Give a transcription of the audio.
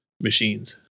machines